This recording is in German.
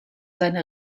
seine